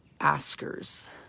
askers